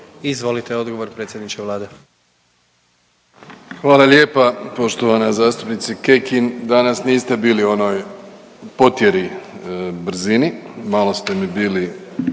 **Plenković, Andrej (HDZ)** Hvala lijepa. Poštovana zastupnice Kekin, danas niste bili u onoj potjeri, brzini malo ste mi bili